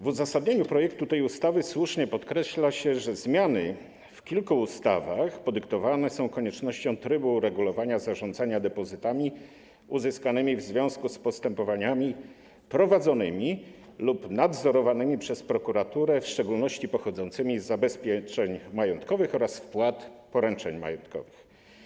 W uzasadnieniu projektu tej ustawy słusznie podkreśla się, że zmiany w kilku ustawach podyktowane są koniecznością uregulowania trybu zarządzania depozytami uzyskanymi w związku z postępowaniami prowadzonymi lub nadzorowanymi przez prokuraturę, w szczególności pochodzącymi z zabezpieczeń majątkowych oraz wpłat poręczeń majątkowych.